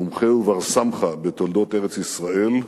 מומחה ובר-סמכא בתולדות ארץ-ישראל,